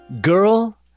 Girl